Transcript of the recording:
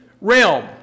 realm